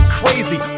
crazy